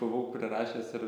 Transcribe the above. buvau prirašęs ir